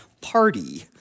party